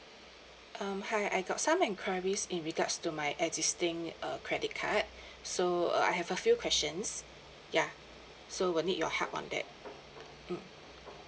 um hi I got some enquiries in regards to my existing uh credit card so uh I have a few questions ya so will need your help on that mm